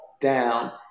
down